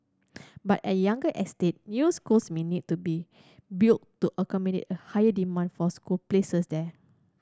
but at younger estate new schools may need to be built to accommodate a higher demand for school places there